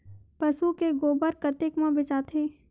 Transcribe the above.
पशु के गोबर कतेक म बेचाथे?